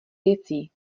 věcí